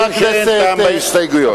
משום שאין טעם בהסתייגויות.